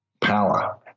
power